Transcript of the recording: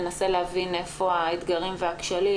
ננסה להבין איפה האתגרים והכשלים,